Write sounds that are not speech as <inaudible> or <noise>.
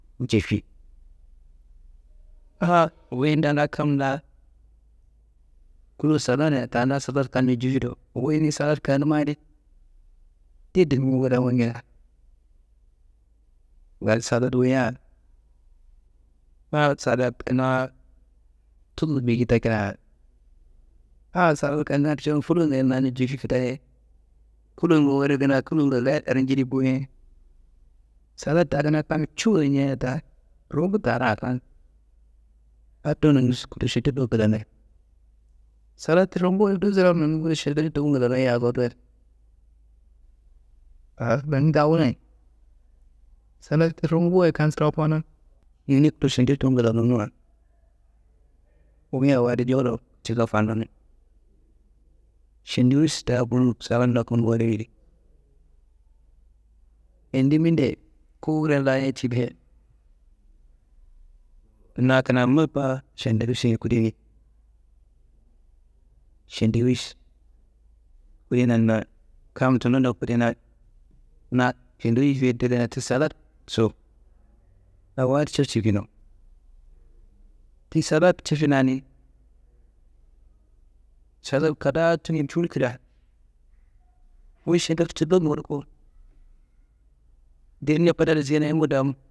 Jefi. An wuyi ndakanga kam la kulo saladiye ta na sobur kanniyi jifi do, wuyi ni salad kanumadi ndido dimo wu dayi wangea. Gal salad wuya kina salad kina tuku biki takina. An salad kanga kiciwo furunguye nani jifi kidaye. Kulongu wori kina kulongu gangaye taro njedi boye. Salad ta kuna kam cuyenja da rungu ta rakun, addo nondi <unintelligible> duyo glanoyi. Salad ti rungu ndu sirawuro nonumbu šendiwuš-n ndoku glanoyia awo kowondo adi. An nondi ta wunoyi, salad ti rungu wayi kam sirawu bowona, yinikdo šendi tuwu nglanunwa, wuyi awo adi jowuro cika fandun. Šendiwuš ta kunun salad n ndoku bonimi yedi. Endi minde kuwure laye cike, na kina mepa šendiwušiye kudeyiye, šendiwuš kudenan na kam tullo n ndoku kudena na šendiwuš yifeye teda ti saladso, awo adiso cikino. Ti salad cifinadi, salad kadaa tiyi tuwu kida, wu ši kingal tullo noworko. Derne fadaro siyenaye wu da.